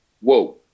whoa